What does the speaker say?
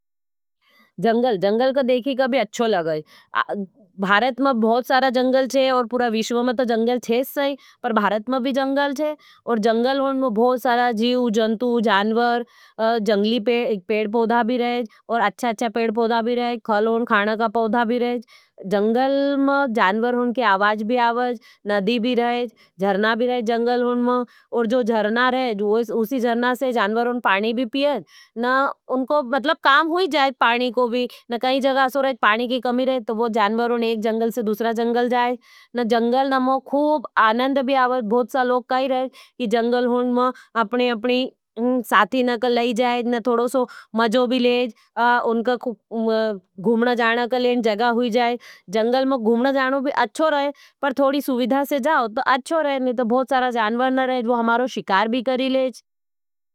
जंगल, जंगल का देखी का भी अच्छो लगाईज। भारत में बहुत सारा जंगल है और पुरा विश्व में तो जंगल है सभी, पर भारत में भी जंगल है। जंगल में बहुत सारा जीव, जन्तू, जानवर, जंगली पेड पोधा भी रहेज। जंगल में जानवर के आवाज भी आवाज, नदी भी रहेज, जंगल में झरना भी रहेज। जो झरना रहेज, उसी जर्ना से जानवर पानी भी पियेज। पानी को भी काम हुई जाएज। पानी की कमी रहेज, जानवर एक जंगल से दूसरा जंगल जाएज। जंगल में अननंद भी आवाज, भोट सा लोग कहे रहेज, जंगल में अपनी साथी नकल लई जाएज, न थोड़ो सो मजो भी लेज, उनका घुमना जाना के लिए जगा हुई जाएज। जंगल में घुमना जाना भी अच्छो रहे, पर थोड़ी सुविधा से जाओ तो अच्छो रहे, नितो भोत सारा जानवर न रहेज, वो हमारो शिकार भी करी लेज।